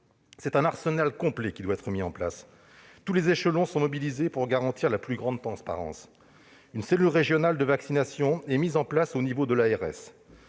C'est un arsenal complet qui va être déployé. Tous les échelons sont mobilisés pour garantir la plus grande transparence. Une cellule régionale de vaccination est mise en place au niveau de chaque